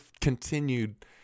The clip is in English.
continued